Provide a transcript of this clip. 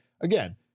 again